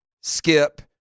Skip